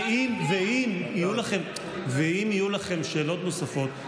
ואם יהיו לכם שאלות נוספות,